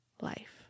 life